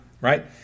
right